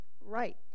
right